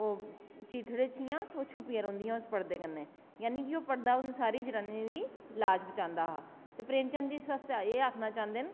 ते ओह् जेह्ड़ियां छुप्पी दियां रौहंदियां उस परदे कन्नै यानी ओह् परदा सारी जरानियें दी लाज़ बचांदा हा ते प्रेमचंद जी इस आस्तै एह् आक्खना चांहदे न